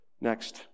Next